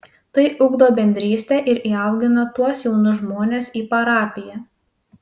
tai ugdo bendrystę ir įaugina tuos jaunus žmones į parapiją